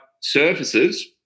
surfaces